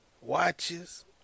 Watches